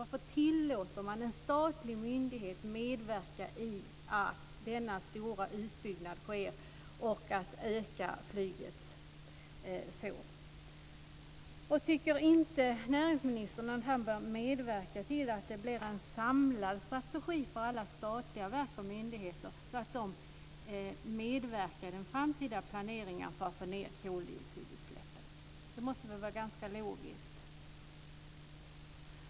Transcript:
Varför tillåter man en statlig myndighet att medverka till att denna stora utbyggnad sker och till att flygets omfattning ökar så? Tycker inte näringsministern att han bör medverka till att det blir en samlad strategi för alla statliga verk och myndigheter, så att de medverkar i den framtida planeringen för att få ned koldioxidutsläppen? Det måste vara ganska logiskt.